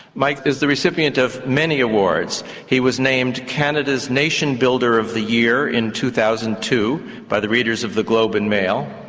mike is the recipient of many awards. he was named canada's nation builder of the year in two thousand and two by the readers of the globe and mail.